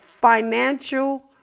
financial